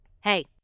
Hey